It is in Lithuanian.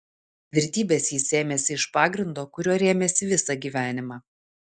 tvirtybės jis sėmėsi iš pagrindo kuriuo rėmėsi visą gyvenimą